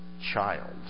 child